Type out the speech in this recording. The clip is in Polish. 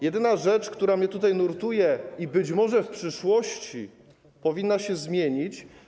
Jest jedna rzecz, która mnie nurtuje i być może w przyszłości powinna się zmienić.